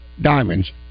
diamonds